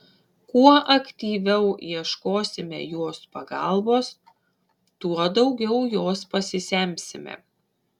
kuo aktyviau ieškosime jos pagalbos tuo daugiau jos pasisemsime